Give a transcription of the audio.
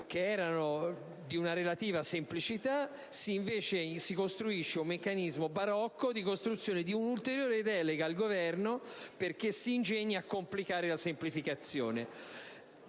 che erano di relativa semplicità, si definisce un meccanismo barocco di costruzione di un'ulteriore delega al Governo, perché si ingegni a complicare la semplificazione.